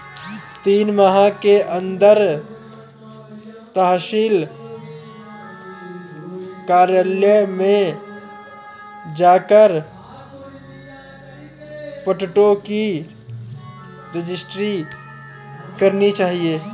तीन माह के अंदर तहसील कार्यालय में जाकर पट्टों की रजिस्ट्री करानी चाहिए